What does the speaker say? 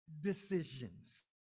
decisions